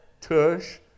tush